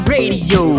Radio